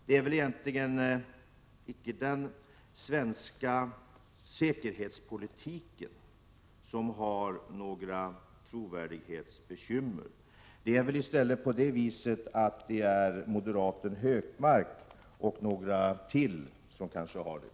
Det är väl egentligen icke den svenska säkerhetspolitiken som har trovärdighetsbekymmer, utan det är i stället moderaten Hökmark och några till som har sådana bekymmer.